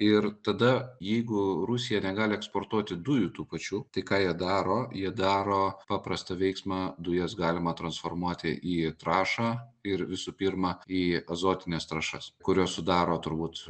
ir tada jeigu rusija negali eksportuoti dujų tų pačių tai ką jie daro jie daro paprastą veiksmą dujas galima transformuoti į trąšą ir visų pirma į azotines trąšas kurios sudaro turbūt